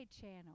channel